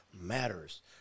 matters